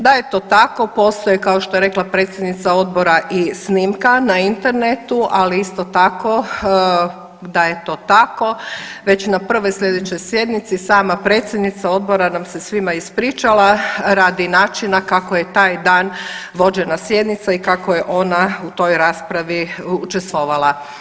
Da je to tako postoje kao što je rekla predsjednica odbora i snimka na internetu, ali isto tako da je to tako već na prvoj slijedećoj sjednici sama predsjednica odbora nam se svima ispričala radi načina kako je taj dan vođena sjednica i kako je ona u toj raspravi učestvovala.